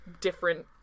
different